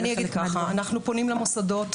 אנחנו פונים למוסדות.